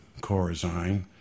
Corazine